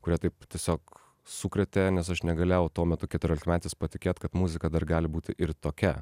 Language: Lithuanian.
kurie taip tiesiog sukrėtė nes aš negalėjau tuo metu keturiolikmetis patikėt kad muzika dar gali būti ir tokia